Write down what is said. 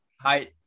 Hi